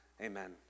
amen